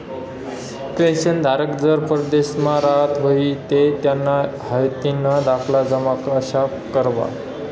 पेंशनधारक जर परदेसमा राहत व्हयी ते त्याना हायातीना दाखला जमा कशा करवा?